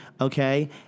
okay